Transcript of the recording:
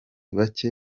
bake